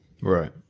Right